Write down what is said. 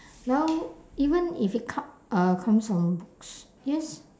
now even if it co~ uh comes from books because